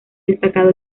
destacado